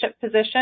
position